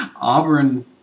Auburn